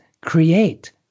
create